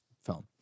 film